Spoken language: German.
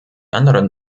anderen